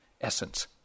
essence